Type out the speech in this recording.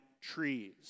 trees